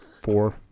four